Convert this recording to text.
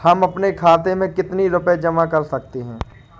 हम अपने खाते में कितनी रूपए जमा कर सकते हैं?